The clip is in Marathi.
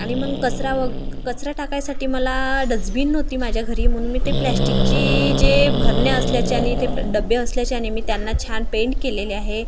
आणि मग कचरा वग कचरा टाकायसाठी मला डस्बीन नव्हती माझ्या घरी म्हणून मी ते प्लॅस्टिकची जे बरणी असल्याच्याने ते डबे असल्याच्याने मी त्यांना छान पेंट केलेले आहे